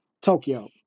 Tokyo